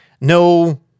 no